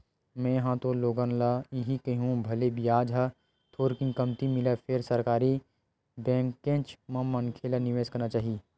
में हा ह तो लोगन ल इही कहिहूँ भले बियाज ह थोरकिन कमती मिलय फेर सरकारी बेंकेच म मनखे ल निवेस करना चाही